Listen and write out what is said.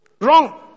Wrong